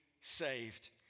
saved